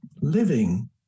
living